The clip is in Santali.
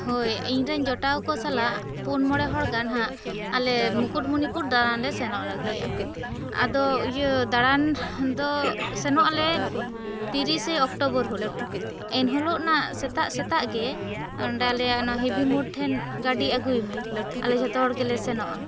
ᱦᱳᱭ ᱤᱧ ᱨᱮᱱ ᱡᱚᱴᱟᱣ ᱠᱚ ᱥᱟᱞᱟᱜ ᱯᱩᱱ ᱢᱚᱬᱮ ᱦᱚᱲ ᱜᱟᱱ ᱦᱟᱸᱜ ᱟᱞᱮ ᱢᱩᱠᱩᱴᱢᱩᱱᱤᱯᱩᱨ ᱫᱟᱬᱟᱱ ᱞᱮ ᱥᱮᱱᱚᱜ ᱞᱟᱹᱜᱤᱫᱼᱟ ᱟᱫᱚ ᱤᱭᱟᱹ ᱫᱟᱬᱟᱱ ᱫᱚ ᱥᱮᱱᱚᱜ ᱟᱞᱮ ᱛᱤᱨᱤᱥᱮ ᱚᱠᱴᱩᱵᱚᱨ ᱦᱚᱞᱚᱜ ᱮᱱ ᱦᱮᱞᱚᱜ ᱱᱟᱜ ᱥᱮᱛᱟ ᱥᱮᱛᱟ ᱜᱮ ᱚᱸᱰᱮ ᱟᱞᱮᱭᱟᱜ ᱦᱮᱵᱤ ᱢᱳᱲ ᱴᱷᱮᱱ ᱜᱟᱹᱰᱤ ᱟᱹᱜᱩᱭ ᱢᱮ ᱟᱞᱮ ᱡᱷᱚᱛᱚ ᱦᱚᱲ ᱜᱮᱞᱮ ᱥᱮᱱᱚᱜᱼᱟ